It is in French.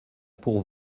pour